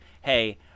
hey